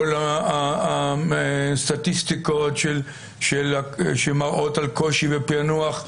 כל הסטטיסטיקות שמראות על קושי בפענוח,